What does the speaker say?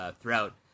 throughout